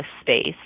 space